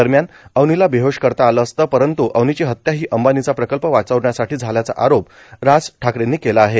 दरम्यान अवनीला बेहोश करता आल असते परतू अवनीची हत्या ही अंबानीचा प्रकल्प वाचवण्यासाठी झाल्याचा आरोप राज ठाकरेंनी केला आहे